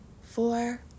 four